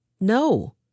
No